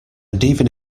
even